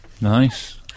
Nice